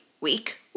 week